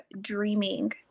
dreaming